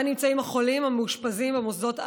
נמצאים החולים המאושפזים במוסדות הגריאטריים.